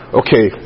okay